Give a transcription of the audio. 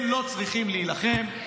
הם לא צריכים להילחם,